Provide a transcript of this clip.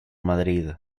madrid